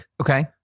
Okay